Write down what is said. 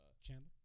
Chandler